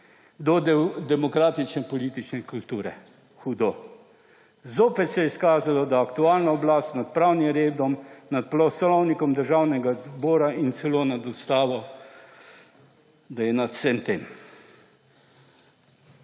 do demokratične politične kulture. Hudo. Zopet se je izkazalo, da je aktualna oblast nad pravnim redom, nad poslovnikom Državnega zbora in celo nad ustavo − da je nad vsem tem.